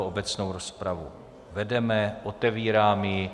Obecnou rozpravu vedeme, otevírám ji.